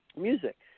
music